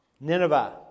Nineveh